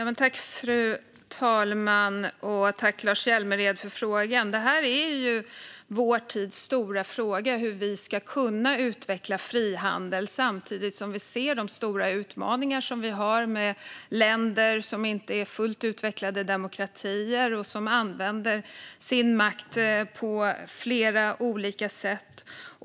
Fru talman! Tack, Lars Hjälmered, för frågan! Detta är vår tids stora fråga. Hur ska vi kunna utveckla frihandel samtidigt som vi ser de stora utmaningar som vi har med länder som inte är fullt utvecklade demokratier och som använder sin makt på flera olika sätt?